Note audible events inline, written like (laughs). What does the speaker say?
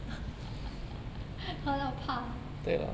(laughs) 喝到怕